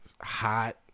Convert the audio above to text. hot